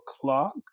clock